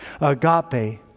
Agape